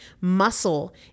Muscle